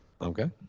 Okay